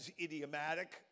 idiomatic